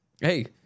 hey